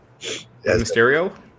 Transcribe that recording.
Mysterio